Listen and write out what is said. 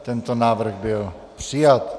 Tento návrh byl přijat.